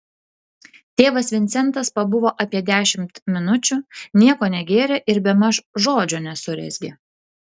tėvas vincentas pabuvo apie dešimt minučių nieko negėrė ir bemaž žodžio nesurezgė